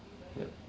yup